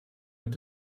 mit